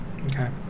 Okay